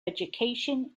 education